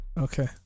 Okay